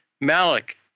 Malik